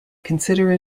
consider